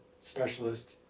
specialist